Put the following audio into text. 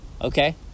okay